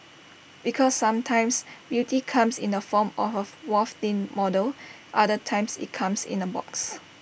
because sometimes beauty comes in the form of A waif thin model other times IT comes in A box